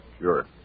Sure